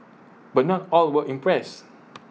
but not all were impressed